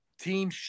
Team